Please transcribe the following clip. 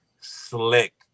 slick